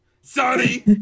Sorry